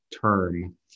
term